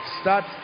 start